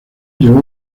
llegó